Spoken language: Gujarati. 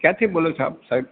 ક્યાંથી બોલો છો આપ